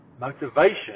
motivation